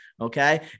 Okay